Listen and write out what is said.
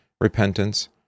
repentance